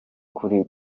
kuri